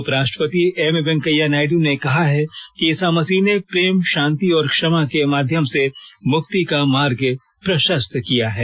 उप राष्ट्रपति एम वेंकैया नायडू ने कहा है कि ईसा मसीह ने प्रेम शांति और क्षमा के माध्यम से मुक्ति का मार्ग प्रशस्त किया है